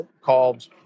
called